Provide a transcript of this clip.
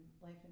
life